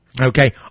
Okay